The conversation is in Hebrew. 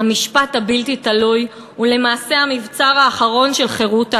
"המשפט הבלתי תלוי הוא למעשה המבצר האחרון של חירות האדם.